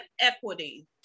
equity